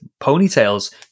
ponytails